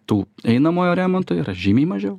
tų einamojo remonto yra žymiai mažiau